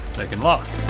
they can lock.